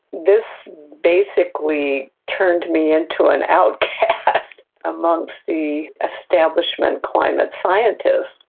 this basically turned me into an outcast amongst the establishment climate scientists.